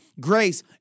grace